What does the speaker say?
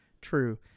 true